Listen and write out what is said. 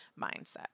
mindset